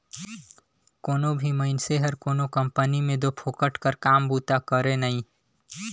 कोनो भी मइनसे हर कोनो कंपनी में दो फोकट कर काम बूता करे नई